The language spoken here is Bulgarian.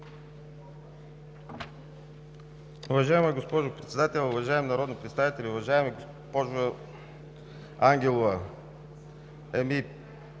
Уважаема госпожо Председател, уважаеми народни представители! Уважаема госпожо Ангелова, не